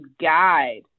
guide